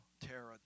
Tara